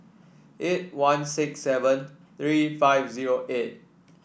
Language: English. eight one six seven three five zero eight